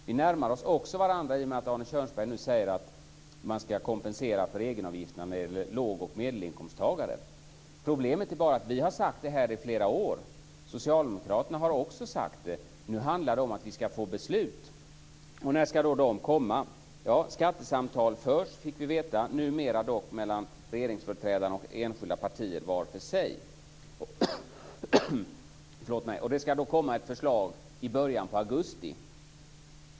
Vi närmar oss också varandra i och med att Arne Kjörnsberg säger att man skall kompensera för egenavgifterna för låg och medelinkomsttagare. Problemet är att vi och socialdemokraterna har sagt detta i flera år. Nu handlar det om att få beslut. När skall de fattas? Vi fick veta att det nu förs skattesamtal, numera dock mellan regeringsföreträdarna och de enskilda partierna för sig. Det skall läggas fram ett förslag i början av augusti.